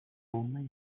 only